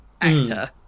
actor